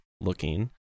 looking